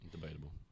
Debatable